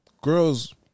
girls